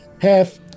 half